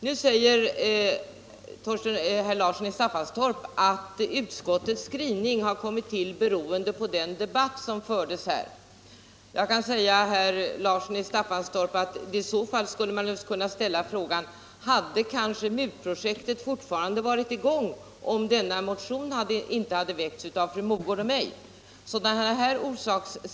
Nu säger herr Larsson i Staffanstorp att utskottets skrivning har föranletts av den debatt som fördes här i kammaren. I så fall skulle man, herr Larsson i Staffanstorp, kunna ställa frågan: Hade kanske MUT-projektet fortfarande varit i gång om motionen av fru Mogård och mig inte hade väckts?